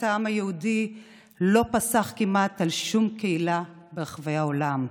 העם היהודי לא פסח כמעט על שום קהילה ברחבי העולם,